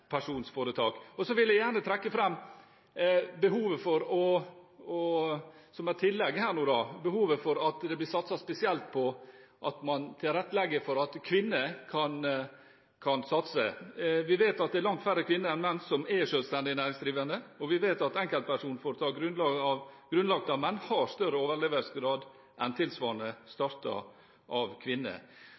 gründere og på enkeltpersonforetak. Så vil jeg gjerne i tillegg trekke fram behovet for at det blir satset spesielt på å tilrettelegge for at kvinner kan satse. Vi vet at det er langt færre kvinner enn menn som er selvstendig næringsdrivende, og vi vet at enkeltpersonforetak grunnlagt av menn har større overlevelsesgrad enn tilsvarende startet av kvinner.